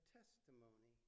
testimony